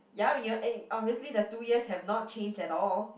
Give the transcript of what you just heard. ya we uh eh obviously the two years have not changed at all